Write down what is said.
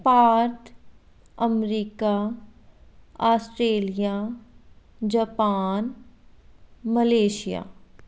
Bharat America Australia Japan Malaysia